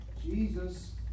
Jesus